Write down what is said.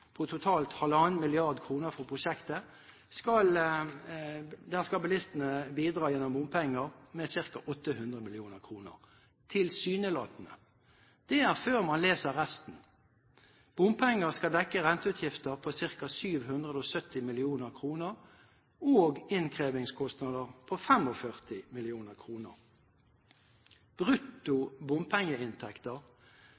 på totalt 1,5 mrd. kr for prosjektet, skal bilistene bidra gjennom bompenger med ca. 800 mill. kr – tilsynelatende. Det er før man leser resten. Bompenger skal dekke renteutgifter på ca. 770 mill. kr og innkrevingskostnader på 45 mill. kr. Brutto